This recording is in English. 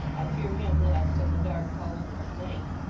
i fear him less than the dark, houseless night.